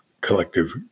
collective